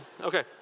Okay